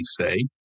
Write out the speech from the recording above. say